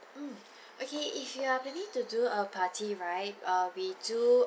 mm okay if you are planning to do a party right uh we do